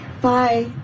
Bye